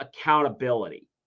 accountability